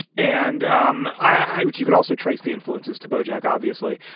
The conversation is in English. and um i would you could also trace the influences to bojack, obviously.